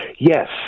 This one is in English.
Yes